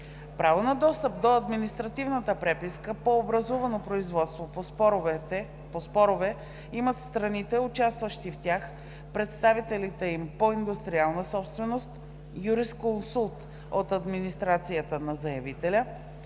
Право на достъп до административната преписка по образувано производство по спорове имат страните, участващи в тях, представителите им по индустриална собственост, юрисконсулт от администрацията на заявителя,